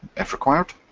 if required,